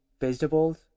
vegetables